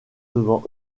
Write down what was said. devant